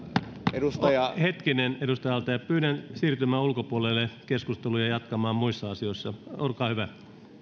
hetkinen edustaja al taee pyydän siirtymään ulkopuolelle jatkamaan keskusteluja muissa asioissa olkaa hyvä